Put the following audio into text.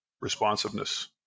responsiveness